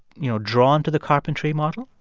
you know, drawn to the carpentry model?